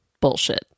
Bullshit